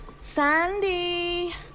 Sandy